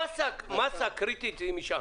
המסה הקריטית היא משם.